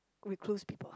recluse people